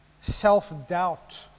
self-doubt